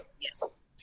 Yes